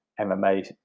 MMA